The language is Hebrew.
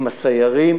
עם הסיירים.